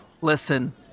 Listen